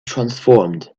transformed